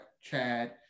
Chad